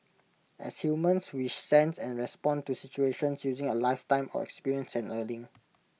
as humans we sense and respond to situations using A lifetime of experience and learning